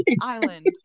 island